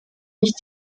ich